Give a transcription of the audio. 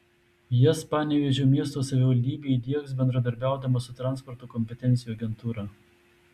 jas panevėžio miesto savivaldybė įdiegs bendradarbiaudama su transporto kompetencijų agentūra